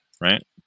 right